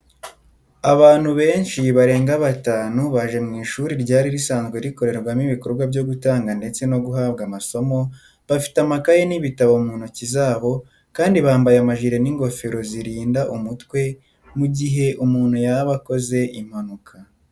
Abantu benshi barenga batanu baje mu ishuri ryari risanzwe rikorerwamo ibikorwa byo gutanga ndetse no guhabwa amasomo, bafite amakayi n'ibitabo mu ntoki zabo kandi bambaye amajire n'ingofero zirinda umutwe mu gihe umuntu yaba akoze impanuka.